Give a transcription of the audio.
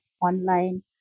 online